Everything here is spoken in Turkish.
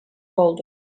oldu